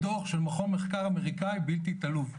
מדוח של מכון מחקר אמריקאי, בלתי תלוי.